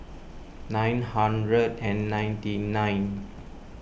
nine hundred and ninety nine